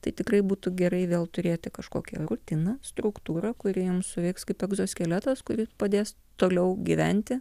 tai tikrai būtų gerai vėl turėti kažkokią rutiną struktūrą kuri jums suveiks kaip egzoskeletas kuris padės toliau gyventi